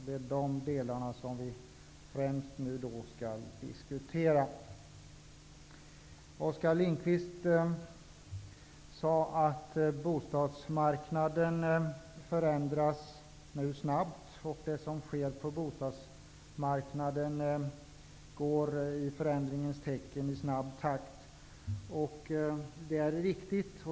Det är dessa delar som vi nu främst skall diskutera. Oskar Lindkvist sade att bostadsmarknaden nu förändras snabbt. Det är riktigt.